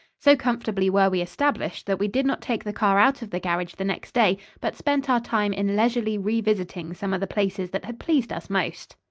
so comfortably were we established that we did not take the car out of the garage the next day but spent our time in leisurely re-visiting some of the places that had pleased us most.